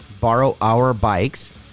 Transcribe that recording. borrowourbikes